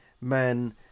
man